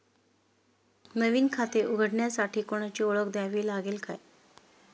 नवीन खाते उघडण्यासाठी कोणाची ओळख द्यावी लागेल का?